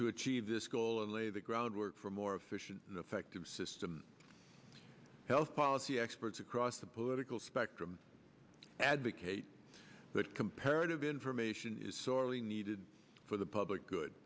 to achieve this goal and lay the groundwork for a more efficient and effective system health policy experts across the political spectrum advocate that comparative information is sorely needed for the public good